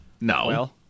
No